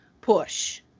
push